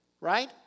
right